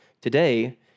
today